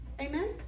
Amen